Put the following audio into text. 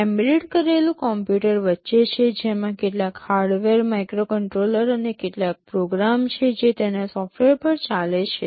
embed કરેલું computer વચ્ચે છે જેમાં કેટલાક હાર્ડવેર માઇક્રોકન્ટ્રોલર અને કેટલાક પ્રોગ્રામ છે જે તેના સોફ્ટવેર પર ચાલે છે